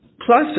Plus